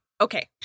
Okay